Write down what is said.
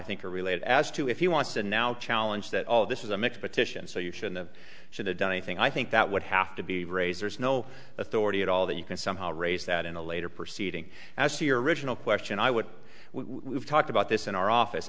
think are related as to if you want to now challenge that all this is a mixed petition so you should've should've done anything i think that would have to be raised there's no authority at all that you can somehow raise that in a later proceeding as to your original question i would we've talked about this in our office